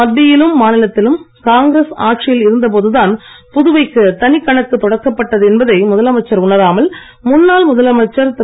மத்தியிலும் மாநிலத்திலும் காங்கிரஸ் ஆட்சியில் இருந்த போதுதான் புதுவைக்கு தனிக்கணக்கு தொடக்கப்பட்டது என்பதை முதலமைச்சர் உணராமல் முன்னாள் முதலமைச்சர் திரு